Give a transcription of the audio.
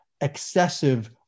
excessive